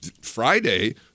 Friday